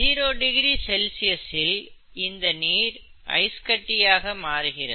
zero degree செல்சியஸில் இந்த நீர் ஐஸ் கட்டியாக மாறுகிறது